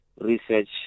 research